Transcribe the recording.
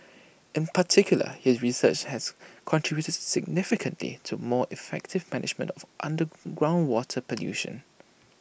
in particular his research has contributed significantly to more effective management of groundwater pollution